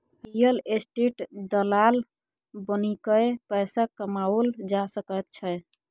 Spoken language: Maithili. रियल एस्टेट दलाल बनिकए पैसा कमाओल जा सकैत छै